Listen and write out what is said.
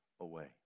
away